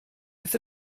beth